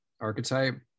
archetype